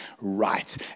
right